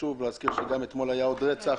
חשוב להזכיר, גם אתמול היה עוד רצח,